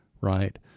right